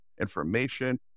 information